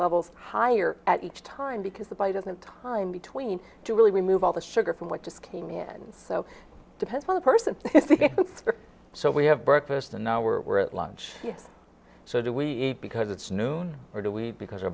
levels higher at each time because the body doesn't time between to really remove all the sugar from what just came in so it depends on the person so we have breakfast and now we're at lunch so do we because it's noon or do we because your